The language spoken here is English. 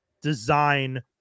design